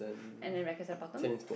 and then racquet the bottom